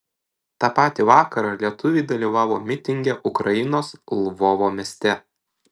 tą patį vakarą lietuviai dalyvavo mitinge ukrainos lvovo mieste